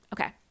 Okay